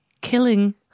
killing